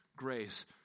grace